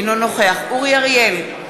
אינו נוכח אורי אריאל,